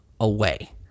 away